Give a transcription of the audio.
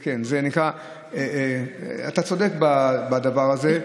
כן, אתה צודק בדבר הזה.